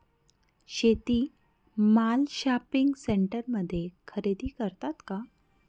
शेती माल शॉपिंग सेंटरमध्ये खरेदी करतात का?